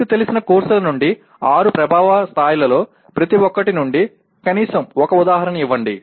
మీకు తెలిసిన కోర్సుల నుండి ఆరు ప్రభావ స్థాయిలలో ప్రతి ఒక్కటి నుండి కనీసం ఒక ఉదాహరణ ఇవ్వండి